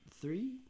three